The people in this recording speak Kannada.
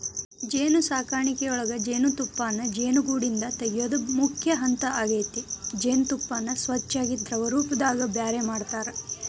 ಜೇನುಸಾಕಣಿಯೊಳಗ ಜೇನುತುಪ್ಪಾನ ಜೇನುಗೂಡಿಂದ ತಗಿಯೋದು ಮುಖ್ಯ ಹಂತ ಆಗೇತಿ ಜೇನತುಪ್ಪಾನ ಸ್ವಚ್ಯಾಗಿ ದ್ರವರೂಪದಾಗ ಬ್ಯಾರೆ ಮಾಡ್ತಾರ